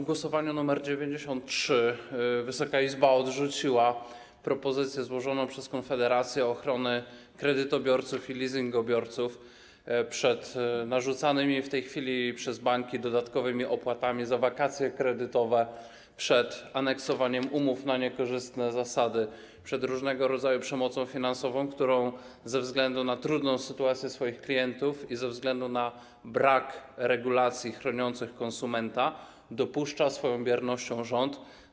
W głosowaniu nr 93 Wysoka Izba odrzuciła propozycję złożoną przez Konfederację ochrony kredytobiorców i leasingobiorców przed narzucanymi w tej chwili przez banki dodatkowymi opłatami za wakacje kredytowe, przed aneksowaniem umów na niekorzystnych zasadach, przed różnego rodzaju przemocą finansową, którą ze względu na trudną sytuację klientów i ze względu na brak regulacji chroniących konsumenta dopuszcza swoją biernością rząd.